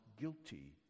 guilty